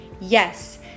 Yes